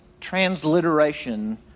transliteration